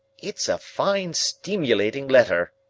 it's a fine, steemulating letter,